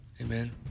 amen